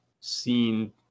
seen